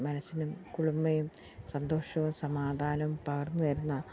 മനസ്സിനും കുളിർമയും സന്തോഷവും സമാധാനം പകർന്നു തരുന്ന